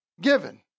given